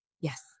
Yes